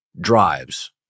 drives